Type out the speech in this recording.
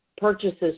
purchases